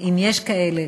אם יש כאלה,